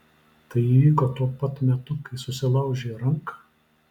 tai įvyko tuo pat metu kai susilaužei ranką